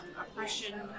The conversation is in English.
oppression